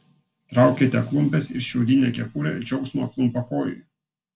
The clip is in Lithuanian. traukiate klumpes ir šiaudinę kepurę džiaugsmo klumpakojui